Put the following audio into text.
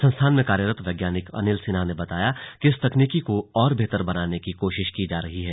संस्था में कार्यरत वैज्ञानिक अनिल सिन्हा ने बताया कि इस तकनीक को और बेहतर बनाने की कोशिश की जा रही है